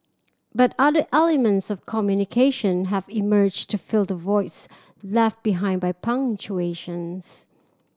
but other elements of communication have emerged to fill the voids left behind by punctuations